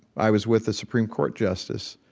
i was with a supreme court justice,